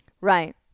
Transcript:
Right